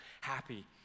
happy